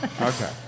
Okay